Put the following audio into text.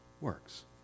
works